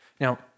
Now